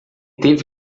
teve